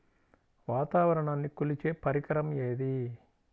వాతావరణాన్ని కొలిచే పరికరం ఏది?